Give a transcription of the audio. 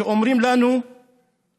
שאומרים לנו שבדוח